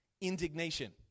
indignation